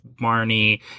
marnie